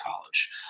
College